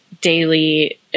daily